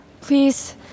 please